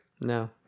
No